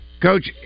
Coach